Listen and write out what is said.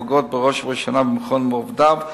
פוגעות בראש ובראשונה במכון ובעובדיו,